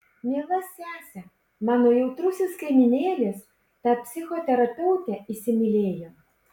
miela sese mano jautrusis kaimynėlis tą psichoterapeutę įsimylėjo